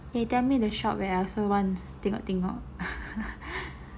eh tell me the shop eh I also want to tengok-tengok